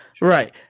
Right